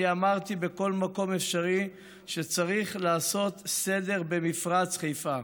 אני אמרתי בכל מקום אפשרי שצריך לעשות סדר במפרץ חיפה.